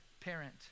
parent